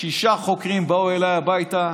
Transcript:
שישה חוקרים באו אליי הביתה,